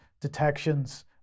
detections